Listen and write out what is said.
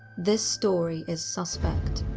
this story is suspect.